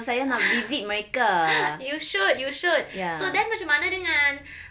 you should you should so then macam mana dengan